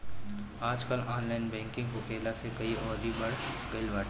आजकल online banking होखला से इ अउरी बढ़ गईल बाटे